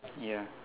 ya